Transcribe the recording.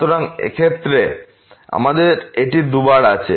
সুতরাং এই ক্ষেত্রে আমাদের এটি 2 বার আছে